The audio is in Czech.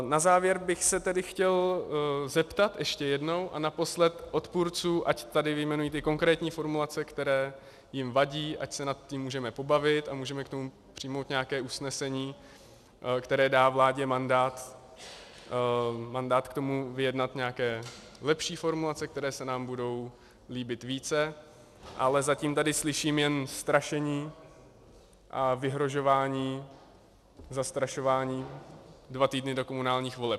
Na závěr bych se tedy chtěl zeptat ještě jednou a naposled odpůrců, ať tady vyjmenují konkrétní formulace, které jim vadí, ať se nad tím můžeme pobavit a můžeme k tomu přijmout nějaké usnesení, které dá vládě mandát k tomu vyjednat nějaké lepší formulace, které se nám budou líbit více, ale zatím tady slyším jen strašení a vyhrožování, zastrašování dva týdny do komunálních voleb.